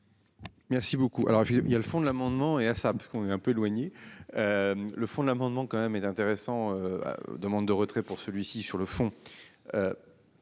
Merci beaucoup, alors j'il y a le fond de l'amendement et à ça parce qu'on est un peu éloignée. Le fond de l'amendement quand même et d'intéressant. Demande de retrait pour celui-ci, sur le fond.